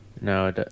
No